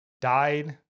died